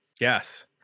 Yes